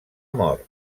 mort